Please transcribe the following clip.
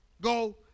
go